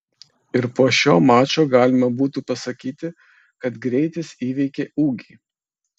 ir po šio mačo galima būtų pasakyti kad greitis įveikė ūgį